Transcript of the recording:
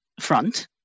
front